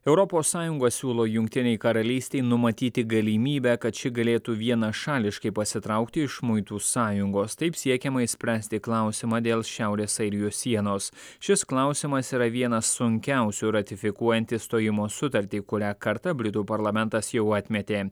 europos sąjunga siūlo jungtinei karalystei numatyti galimybę kad ši galėtų vienašališkai pasitraukti iš muitų sąjungos taip siekiama išspręsti klausimą dėl šiaurės airijos sienos šis klausimas yra vienas sunkiausių ratifikuojant išstojimo sutartį kurią kartą britų parlamentas jau atmetė